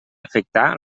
afectar